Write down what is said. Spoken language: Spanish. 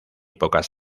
pocas